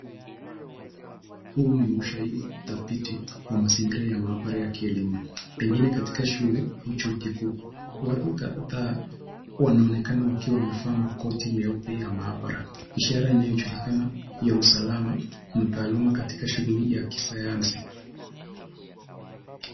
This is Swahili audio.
Huu ni ushahidi dhabiti wa mazingira ya maabara ya kielimu pengine katika shule au chuo kikuu. Watu kadhaa wanonekana wakiwa wamevaa makoti meupe ya maabara, ishara inayojulikana ya usalama na taaluma katika shughuli ya kisayansi.